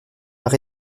par